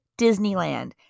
Disneyland